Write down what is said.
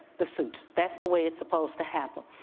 the suits. that's the way it's supposed to happen.